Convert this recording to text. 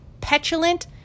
petulant